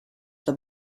the